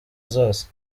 zose